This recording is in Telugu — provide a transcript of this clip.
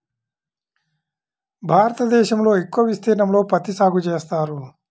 భారతదేశంలో ఎక్కువ విస్తీర్ణంలో పత్తి సాగు చేస్తారు